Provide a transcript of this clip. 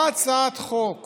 באה הצעת חוק